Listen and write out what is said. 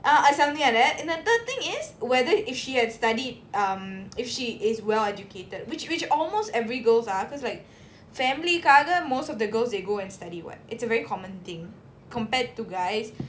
ah uh something like that and the third thing is whether if she had studied um if she is well-educated which which almost every girls are because like family காக:kaaga most of the girls they go and study [what] it's a very common thing compared to guys